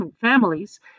families